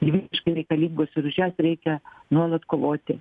gyvybiškai reikalingos ir už jas reikia nuolat kovoti